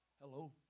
Hello